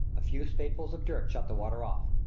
a few spadefuls of dirt shut the water off.